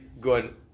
good